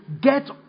get